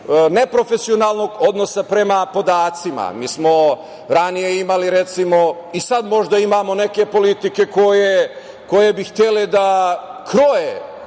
neprofesionalnog odnosa prema podacima. Mi smo ranije imali, i sad možda imamo, neke politike koje bi htele da kroje